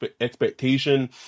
expectation